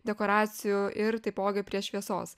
dekoracijų ir taipogi prie šviesos